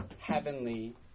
heavenly